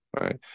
Right